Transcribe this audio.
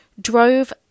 drove